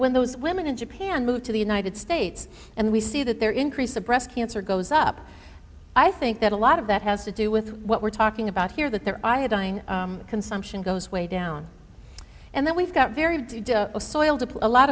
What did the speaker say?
when those women in japan move to the united states and we see that there increase of breast cancer goes up i think that a lot of that has to do with what we're talking about here that there i had dying of consumption goes way down and then we've got very do a lot